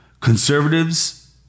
Conservatives